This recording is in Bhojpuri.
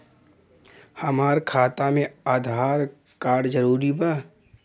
हमार खाता में आधार कार्ड जरूरी बा?